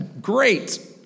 Great